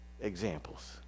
examples